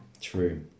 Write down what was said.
True